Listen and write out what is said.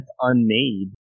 Unmade